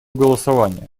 голосования